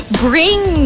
bring